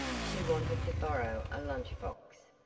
she wanted to borrow a lunch box,